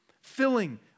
filling